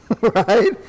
right